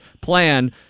plan